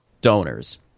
donors